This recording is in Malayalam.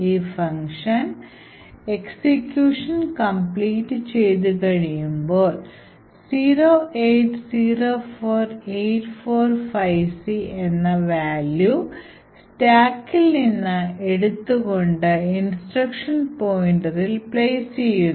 ഈ ഫംഗ്ഷൻ എക്സിക്യൂഷൻ കംപ്ലീറ്റ് ചെയ്തു കഴിയുമ്പോൾ 0804845C എന്ന വാല്യൂ stackൽ നിന്ന് എടുത്തു കൊണ്ട് ഇൻസ്ട്രക്ഷൻ പോയിൻറ്റിൽ place ചെയ്യുന്നു